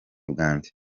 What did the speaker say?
bwanjye